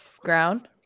ground